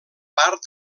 part